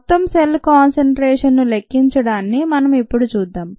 మొత్తం cell concentration ను లెక్కించడాన్ని మనం ఇప్పుడు చూద్దాం